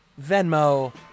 Venmo